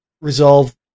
resolve